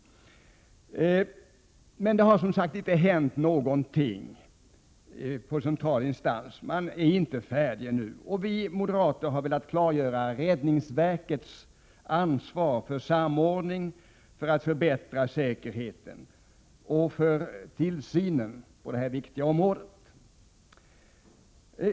Men det har som sagt inte hänt någonting inom central instans. Man är inte färdig ännu. Vi moderater har velat klargöra räddningsverkets ansvar för samordning av åtgärder för att förbättra säkerheten och för tillsynen på detta viktiga område.